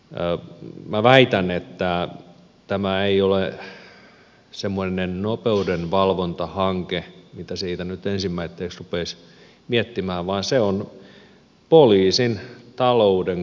mi nä väitän että tämä ei ole semmoinen nopeudenvalvontahanke mitä siitä nyt ensimmäiseksi rupeaisi miettimään vaan se on poliisin taloudenkorjaustoimenpide